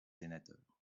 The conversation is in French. sénateurs